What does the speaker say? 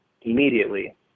immediately